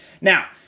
Now